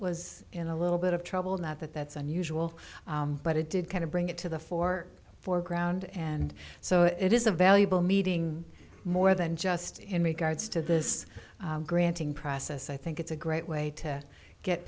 was in a little bit of trouble not that that's unusual but it did kind of bring it to the fore foreground and so it is a valuable meeting more than just in regards to this granting process i think it's a great way to get